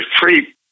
free